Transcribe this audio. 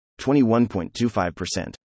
21.25%